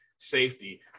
safety